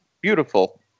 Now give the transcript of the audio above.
beautiful